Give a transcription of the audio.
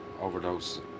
overdose